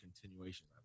continuation